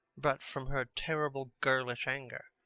but from her terrible girlish anger.